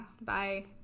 Bye